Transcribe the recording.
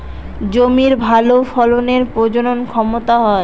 জমির ভালো ফসলের প্রজনন ক্ষমতা হয়